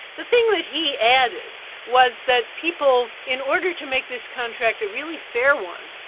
the thing that he added was that people, in order to make this contract a really fair one,